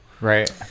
Right